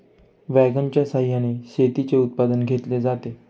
वॅगनच्या सहाय्याने शेतीचे उत्पादन घेतले जाते